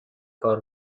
کار